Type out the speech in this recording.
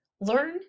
learn